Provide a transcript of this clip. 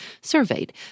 surveyed